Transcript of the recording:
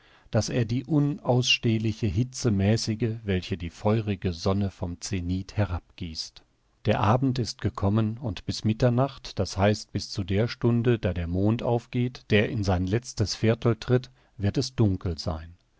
daß er die unausstehliche hitze mäßige welche die feurige sonne vom zenith herabgießt der abend ist gekommen und bis mitternacht d h bis zu der stunde da der mond aufgeht der in sein letztes viertel tritt wird es dunkel sein